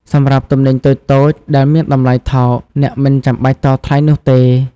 សម្រាប់ទំនិញតូចៗដែលមានតម្លៃថោក អ្នកមិនចាំបាច់តថ្លៃនោះទេ។